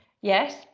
yes